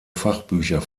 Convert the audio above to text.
fachbücher